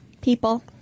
people